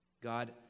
God